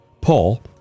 Paul